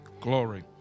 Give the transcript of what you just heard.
Glory